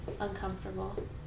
uncomfortable